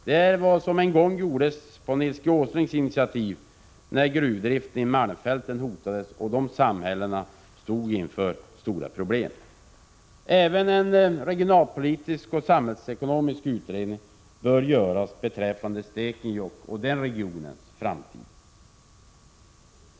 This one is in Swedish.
Det är vad som en gång gjordes, på Nils G. Åslings initiativ, när gruvdriften i 161 malmfälten hotades och samhällena där stod inför stora problem. En regionalpolitisk och samhällsekonomisk utredning bör även göras beträffande Stekenjokk och den regionens framtid.